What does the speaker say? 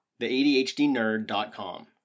theadhdnerd.com